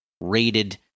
rated